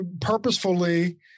purposefully